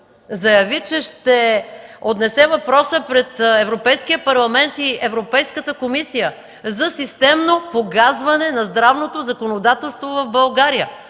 Заяви, че ще отнесе въпроса пред Европейския парламент и Европейската комисия за системно погазване на здравното законодателство в България